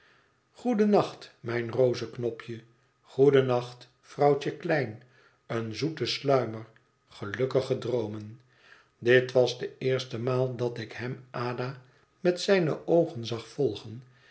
goeden nacht mijn rozeknopje goeden nacht vrouwtje klein een zoeten sluimer gelukkige droomen dit was de eerste maal dat ik hem ada met zijne oogen zag volgen